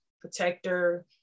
protector